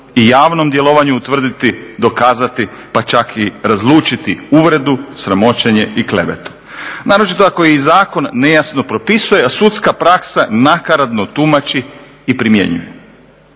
i javnom djelovanju tvrditi, dokazati pa čak i razlučiti uvredu, sramoćenje i klevetu. Naročito ako i zakon nejasno propisuje, a sudska praksa nakaradno tumači i primjenjuje.